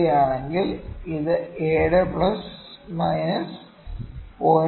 3 ആണെങ്കിൽ അത് 7 plus minus 0